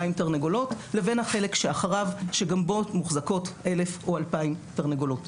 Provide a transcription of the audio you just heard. תרנגולות לבין החלק שאחריו שגם בו מוחזקות 1,000 או 2,000 תרנגולות.